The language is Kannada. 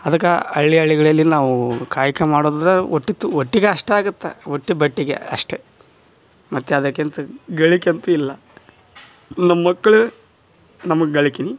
ಅದಕ್ಕ ಹಳ್ಳಿ ಹಳ್ಳಿಗಳಲ್ಲಿ ನಾವು ಕಾಯಕ ಮಾಡುದ್ರ ಹೊಟ್ಟಿತ್ತು ಹೊಟ್ಟಿಗಷ್ಟಾ ಆಗತ್ತ ಹೊಟ್ ಹೊಟ್ಟಿಗೆ ಅಷ್ಟೆ ಮತ್ತು ಅದಕ್ಕಿಂತ ಗಳಿಕೆಂತು ಇಲ್ಲ ನಮ್ಮಕ್ಳು ನಮಗೆ ಗಳಿಕೆ